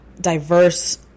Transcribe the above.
diverse